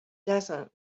desert